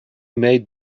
made